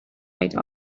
after